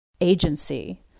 agency